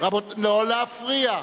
לא להפריע.